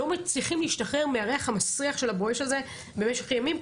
שלא מצליחים להשתחרר מהריח המסריח של ה"בואש" הזה במשך ימים,